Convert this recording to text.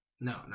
no